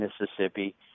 Mississippi